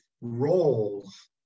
roles